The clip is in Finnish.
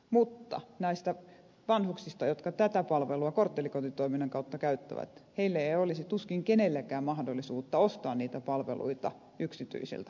mutta näillä vanhuksilla jotka tätä palvelua korttelikoti toiminnan kautta käyttävät ei olisi tuskin kenelläkään mahdollisuutta ostaa niitä palveluita yksityisiltä palveluntuottajilta